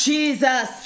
Jesus